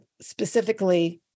specifically